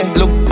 look